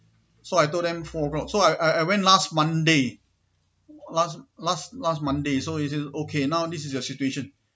so I told them four o'clock so I I went last monday last last last monday so I say okay now this is the situation